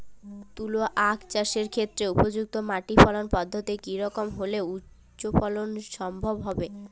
তুলো আঁখ চাষের ক্ষেত্রে উপযুক্ত মাটি ফলন পদ্ধতি কী রকম হলে উচ্চ ফলন সম্ভব হবে?